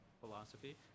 philosophy